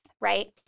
Right